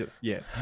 yes